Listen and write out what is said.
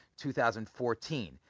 2014